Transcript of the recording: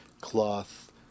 cloth